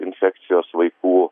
infekcijos vaikų